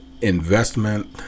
investment